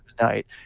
night